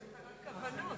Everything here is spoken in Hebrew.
יש הצהרת כוונות,